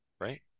right